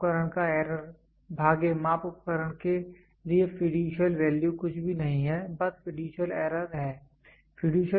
माप उपकरण का एरर भागे माप उपकरण के लिए फ़िड्यूशियल वैल्यू कुछ भी नहीं है बस फ़िड्यूशियल एरर है